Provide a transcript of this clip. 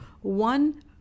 one